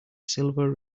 silver